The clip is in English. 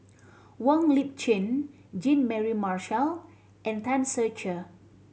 Wong Lip Chin Jean Mary Marshall and Tan Ser Cher